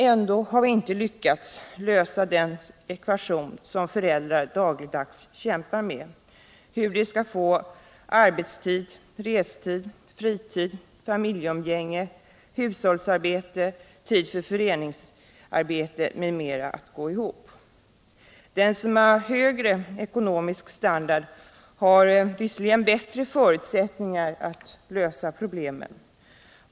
Ändå har vi inte lyckats lösa den ekvation som föräldrar dagligen kämpar med: hur de skall få arbetstid, restid, fritid, familjeumgänge, hushållsarbete, tid för föreningsarbete m.m. att gå ihop. Den som har högre ekonomisk standard har dock bättre förutsättningar att lösa problemen.